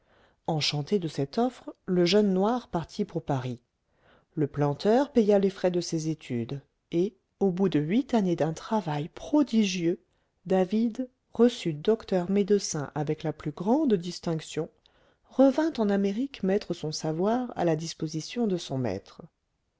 enchanté de cette offre le jeune noir partit pour paris le planteur paya les frais de ses études et au bout de huit années d'un travail prodigieux david reçu docteur médecin avec la plus grande distinction revint en amérique mettre son savoir à la disposition de son maître